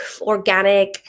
organic